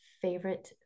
favorite